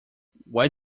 where